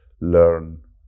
learn